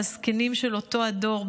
בזקנים של אותו הדור,